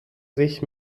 sich